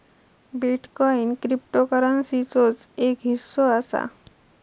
bitcoin क्रिप्टोकरंसीचोच एक हिस्सो असा